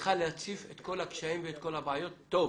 תפקידך להציף את כל הקשיים ואת כל הבעיות טוב.